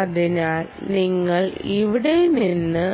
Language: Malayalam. അതിനാൽ നിങ്ങൾ ഇവിടെ നിന്ന്